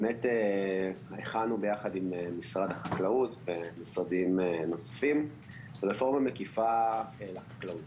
באמת הכנו ביחד עם משרד החקלאות ומשרדים נוספים רפורמה מקיפה לחקלאות,